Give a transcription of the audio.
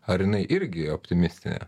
ar jinai irgi optimistinė